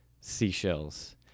seashells